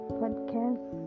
podcast